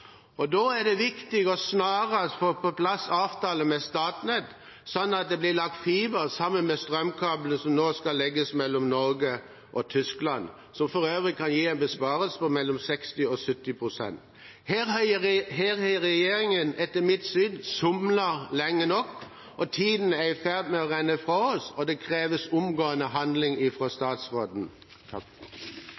Da er det viktig snarest å få på plass en avtale med Statnett, slik at det blir lagt fiber sammen med strømkabelen som nå skal legges mellom Norge og Tyskland – som for øvrig kan gi en besparelse på mellom 60 og 70 pst. Her har regjeringen etter mitt syn somlet lenge nok, og tiden er i ferd med å renne fra oss. Det kreves omgående handling